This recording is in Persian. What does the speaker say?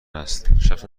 هست